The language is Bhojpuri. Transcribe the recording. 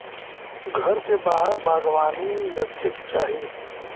घर के बाहर बागवानी रखे के चाही